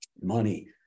money